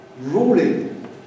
ruling